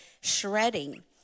Shredding